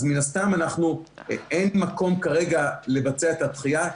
אז מן הסתם אין מקום כרגע לבצע את הדחייה.